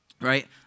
right